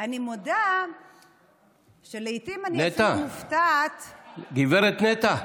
מודה שלעיתים אני אפילו מופתעת, נטע, גב' נטע.